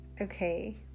Okay